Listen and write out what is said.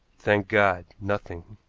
thank god! nothing.